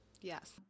Yes